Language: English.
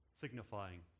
Signifying